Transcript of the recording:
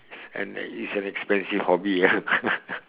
and that is a expensive hobby ah